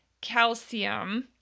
calcium